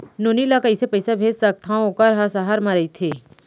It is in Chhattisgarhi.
नोनी ल कइसे पइसा भेज सकथव वोकर हा त सहर म रइथे?